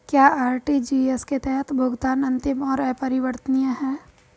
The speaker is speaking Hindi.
क्या आर.टी.जी.एस के तहत भुगतान अंतिम और अपरिवर्तनीय है?